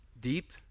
deep